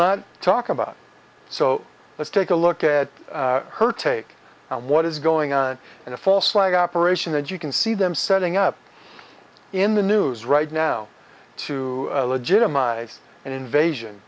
not talk about so let's take a look at her take what is going on in a fast like operation that you can see them setting up in the news right now to legitimize an invasion